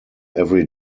every